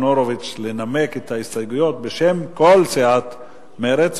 הורוביץ לנמק את ההסתייגויות בשם כל סיעת מרצ,